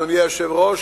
אדוני היושב-ראש,